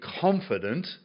confident